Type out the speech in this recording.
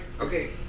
okay